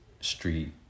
street